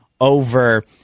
over